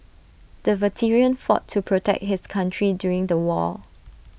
the veteran fought to protect his country during the war